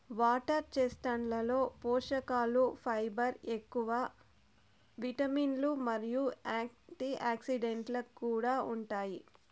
water చెస్ట్నట్లలో పోషకలు fibre ఎక్కువ, విటమిన్లు మరియు యాంటీఆక్సిడెంట్లు కూడా ఉంటాయి